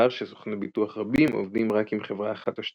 מאחר שסוכני ביטוח רבים עובדים רק עם חברה אחת או שתיים,